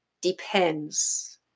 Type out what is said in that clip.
depends